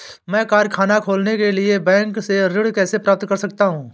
मैं कारखाना खोलने के लिए बैंक से ऋण कैसे प्राप्त कर सकता हूँ?